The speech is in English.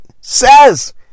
says